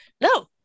No